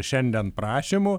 šiandien prašymų